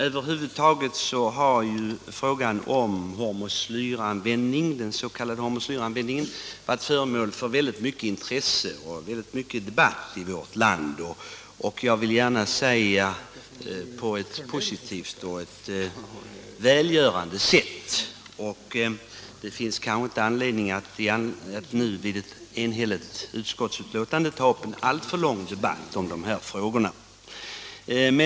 Över huvud taget har frågan om den s.k. hormoslyranvändningen varit föremål för mycket intresse och väckt stor debatt i vårt land — en debatt som har varit positiv och välgörande. Med ett enhälligt utskottsbetänkande finns det kanske inte anledning att ta upp en alltför lång debatt om denna fråga.